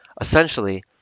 essentially